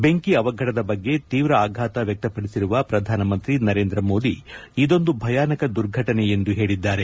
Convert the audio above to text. ಬೆಂಕಿ ಅವಘಡದ ಬಗ್ಗೆ ತೀವ್ರ ಆಘಾತ ವ್ಯಕ್ತಪಡಿಸಿರುವ ಪ್ರಧಾನಮಂತ್ರಿ ನರೇಂದ್ರ ಮೋದಿ ಇದೊಂದು ಭಯಾನಕ ದುರ್ಘಟನೆ ಎಂದು ಹೇಳಿದ್ದಾರೆ